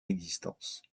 existence